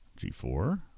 G4